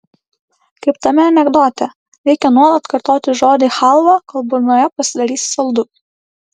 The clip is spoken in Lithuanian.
kaip tame anekdote reikia nuolat kartoti žodį chalva kol burnoje pasidarys saldu